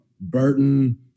Burton